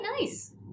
nice